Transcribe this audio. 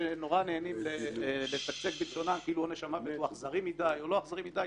שנורא נהנים לצקצק בלשונם כאילו עונש המוות אכזרי מדי או לא אכזרי מדי,